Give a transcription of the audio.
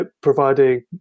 providing